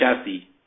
chassis